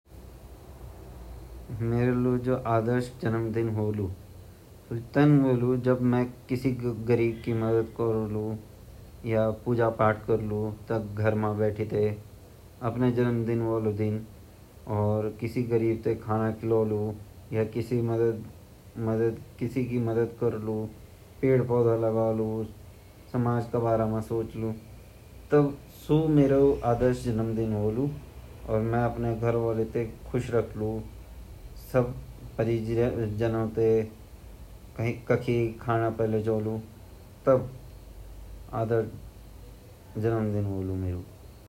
जु हमा जनम दिन ची न जनम दिना दिन हम सुबेर उठी ते आपा माँ बाप ते प्राणाम कार्ला आपा बदु ते प्राणाम कराला अर आपा गुरु ते प्राणाम कार्ला और जु हुमा माँ बाप छिन उ हमा जन्मदिन ते पूजा पाठ हवन करे ते हमते आशीर्वाद दयान्दा अर वे हुमते मीठे खिलते वे हमा सबसे आदर्श जन्मदिन मणि जांदू।